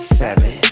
seven